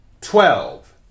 twelve